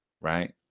Right